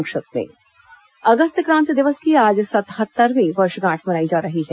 संक्षिप्त समाचार अगस्त क्रांति दिवस की आज सतहत्तरवीं वर्षगांठ मनाई जा रही है